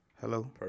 Hello